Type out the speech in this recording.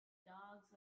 dogs